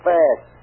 Fast